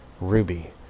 ruby